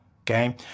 Okay